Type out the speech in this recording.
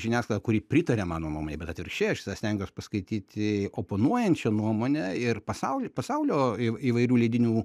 žiniasklaidą kuri pritaria mano nuomonei bet atvirkščiai aš visada stengiuos paskaityti oponuojančią nuomonę ir pasaulį pasaulio įv įvairių leidinių